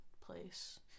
place